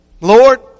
Lord